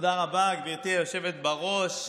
תודה רבה, גברתי היושבת-ראש.